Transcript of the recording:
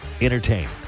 Entertain